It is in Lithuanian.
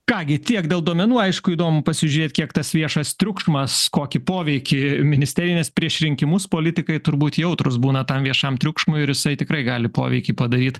ką gi tiek dėl duomenų aišku įdomu pasižiūrėt kiek tas viešas triukšmas kokį poveikį ministerijas prieš rinkimus politikai turbūt jautrūs būna tam viešam triukšmui ir jisai tikrai gali poveikį padaryt